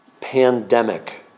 pandemic